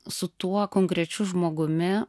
su tuo konkrečiu žmogumi